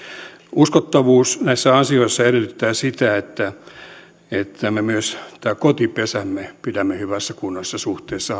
uskottavuus näissä asioissa edellyttää sitä että että me myös tämän kotipesämme pidämme hyvässä kunnossa suhteessa